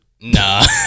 Nah